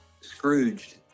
Scrooge